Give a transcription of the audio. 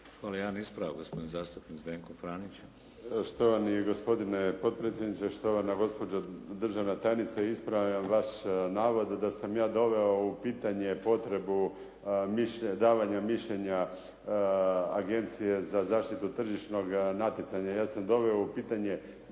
Hvala. Jedan ispravak Zdenko Franić. **Franić, Zdenko (SDP)** Štovani gospodine potpredsjedniče, štovana gospođo državna tajnice. Ispravljam vaš navod da sam ja doveo u pitanje potrebu mišljenja, davanja mišljenja Agencije za zaštitu tržišnoga natjecanja. Ja sam doveo u pitanje